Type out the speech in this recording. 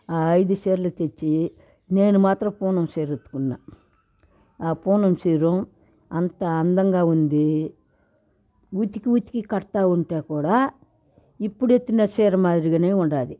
ఆ ఐదు చీరలు తెచ్చి నేను మాత్రం పూనం చీర ఎత్తుకున్న ఆ పూనం చీర అంత అందంగా ఉంది ఉతికి ఉతికి కడతా ఉంటే కూడా ఇప్పుడుడెత్తిన చీర మాదిరిగా ఉంది